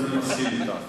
אני מסכים אתך.